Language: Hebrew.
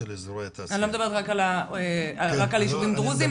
אני לא מדברת רק על יישובים דרוזים,